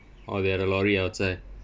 or they have the lorry outside